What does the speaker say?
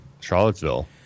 Charlottesville